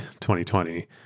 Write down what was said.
2020